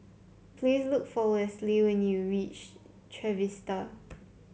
please look for Westley when you reach Trevista